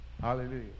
Hallelujah